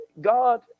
God